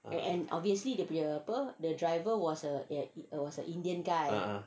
ah